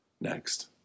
next